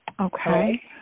Okay